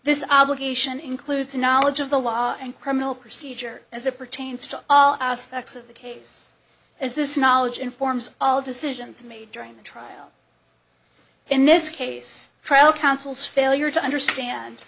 this obligation includes knowledge of the law and criminal procedure as it pertains to all our specs of the case as this knowledge informs all decisions made during the trial in this case trial counsel's failure to understand